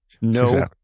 No